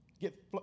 get